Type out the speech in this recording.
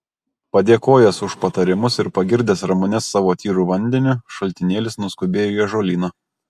padėkojęs už patarimus ir pagirdęs ramunes savo tyru vandeniu šaltinėlis nuskubėjo į ąžuolyną